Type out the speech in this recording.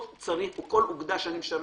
כל אוגדה תהיה